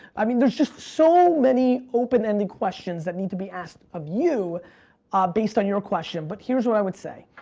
i mean, there's just so many open-ended questions that need to be asked of you based on your question, but here's what i would say.